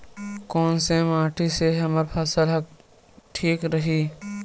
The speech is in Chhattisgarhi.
कोन से माटी से हमर फसल ह ठीक रही?